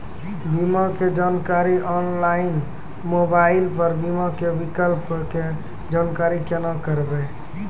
बीमा के जानकारी ऑनलाइन मोबाइल पर बीमा के विकल्प के जानकारी केना करभै?